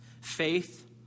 faith